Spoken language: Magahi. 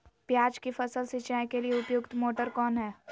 प्याज की फसल सिंचाई के लिए उपयुक्त मोटर कौन है?